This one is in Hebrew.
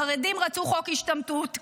החרדים רצו חוק השתמטות,